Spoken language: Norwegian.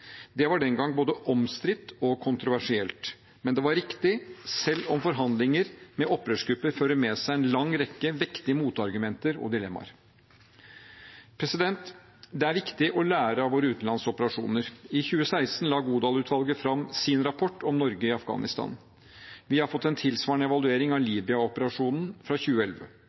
Det var den gang både omstridt og kontroversielt, men det var riktig selv om forhandlinger med opprørsgrupper fører med seg en lang rekke vektige motargumenter og dilemmaer. Det er viktig å lære av våre utenlandsoperasjoner. I 2016 la Godal-utvalget fram sin rapport om Norge i Afghanistan. Vi har fått en tilsvarende evaluering av Libya-operasjonen fra 2011.